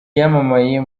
yamamaye